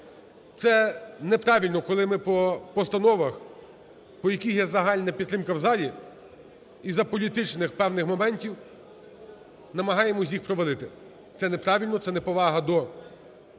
Це неправильно, коли ми по постановах, по яких є загальна підтримка у залі, із-за політичних певних моментів намагаємось їх провалити. Це неправильно. Це неповага до